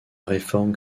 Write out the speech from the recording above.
réforme